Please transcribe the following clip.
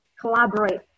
collaborate